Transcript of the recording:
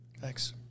Thanks